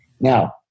now